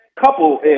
couple